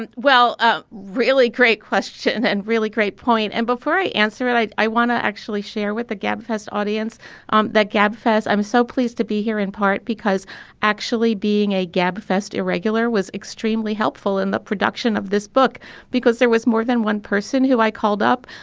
well, a really great question and really great point. and before i answer it, i i want to actually share with the gabfests audience um that gabfests. i'm so pleased to be here in part because actually being a gab fest irregular was extremely helpful in the production of this book because there was more than one person who i called up,